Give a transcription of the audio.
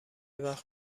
وقت